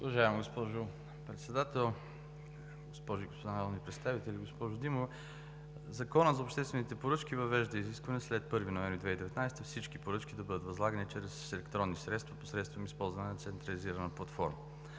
Уважаема госпожо Председател, госпожи и господа народни представители! Госпожо Димова, Законът за обществените поръчки въвежда изискване след 1 ноември 2019 г. всички поръчки да бъдат възлагани чрез електронни средства посредством използване на централизирана платформа.